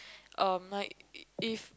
uh like if